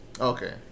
Okay